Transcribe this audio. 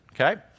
okay